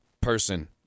person